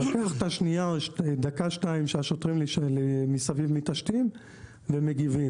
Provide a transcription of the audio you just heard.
לוקח את הדקה, שתיים שהשוטרים מתעשתים ומגיבים.